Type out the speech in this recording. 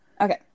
Okay